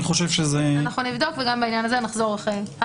אנחנו נבדוק ונחזור לזה אחרי ההפסקה.